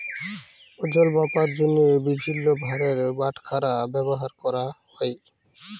ওজল মাপার জ্যনহে বিভিল্ল্য ভারের বাটখারা ব্যাভার ক্যরা হ্যয়